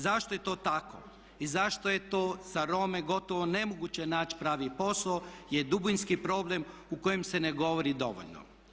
Zašto je to tako i zašto je to za Rome gotovo nemoguće naći pravi posao je dubinski problem o kojem se ne govori dovoljno.